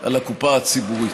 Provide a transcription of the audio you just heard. על הקופה הציבורית.